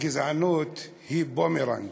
הגזענות היא בומרנג.